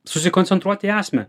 susikoncentruoti į esmę